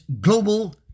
global